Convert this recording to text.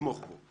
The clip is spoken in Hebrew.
אתמוך בו.